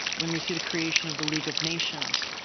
when we see the creation of the league of nations.